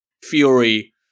fury